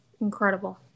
incredible